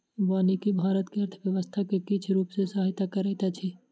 वानिकी भारत के अर्थव्यवस्था के किछ रूप सॅ सहायता करैत अछि